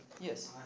Yes